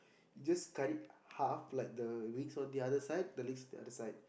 just cut it half like the wings on the other side the legs on the other side